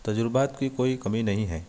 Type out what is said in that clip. تجربات کی کوئی کمی نہیں ہے